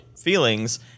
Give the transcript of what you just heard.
feelings